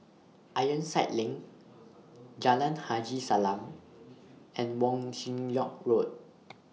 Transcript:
Ironside LINK Jalan Haji Salam and Wong Chin Yoke Road